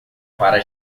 para